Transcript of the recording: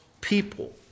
people